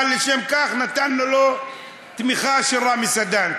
אבל לשם כך נתנו לו תמיכה של רמי סדן,